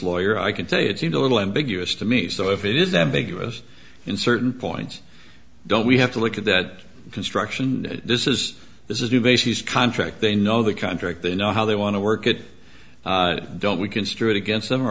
lawyer i can tell you it seemed a little ambiguous to me so if it is that big of us in certain points don't we have to look at that construction this is this is the bases contract they know the contract they know how they want to work it don't we construe it against them or